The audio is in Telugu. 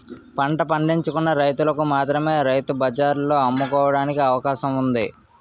పంట పండించుకున్న రైతులకు మాత్రమే రైతు బజార్లలో అమ్ముకోవడానికి అవకాశం ఉంది